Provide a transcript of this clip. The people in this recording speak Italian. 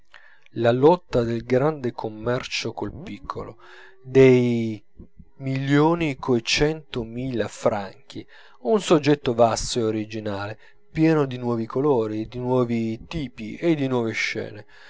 la lotta del grande commercio col piccolo dei milioni coi cento mila franchi un soggetto vasto e originale pieno di nuovi colori di nuovi tipi e di nuove scene